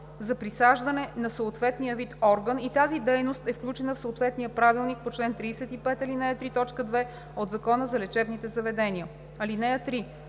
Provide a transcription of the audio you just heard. за присаждане на съответния вид орган и тази дейност е включена в съответния правилник по чл. 35, ал. 3, т. 2 от Закона за лечебните заведения. (3)